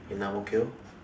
in Ang-Mo-Kio